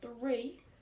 three